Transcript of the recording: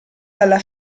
dalla